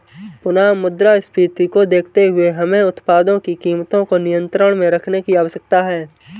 पुनः मुद्रास्फीति को देखते हुए हमें उत्पादों की कीमतों को नियंत्रण में रखने की आवश्यकता है